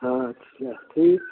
हाँ अच्छा ठीक